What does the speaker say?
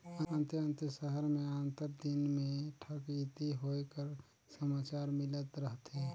अन्ते अन्ते सहर में आंतर दिन बेंक में ठकइती होए कर समाचार मिलत रहथे